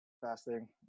fasting